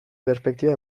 perspektiba